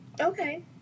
Okay